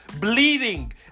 bleeding